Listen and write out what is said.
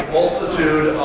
multitude